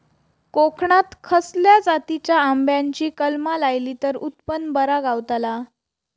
कोकणात खसल्या जातीच्या आंब्याची कलमा लायली तर उत्पन बरा गावताला?